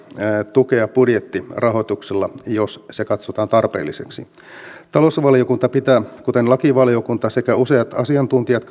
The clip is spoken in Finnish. tukea budjettirahoituksella jos se katsotaan tarpeelliseksi talousvaliokunta kuten lakivaliokunta sekä useat asiantuntijat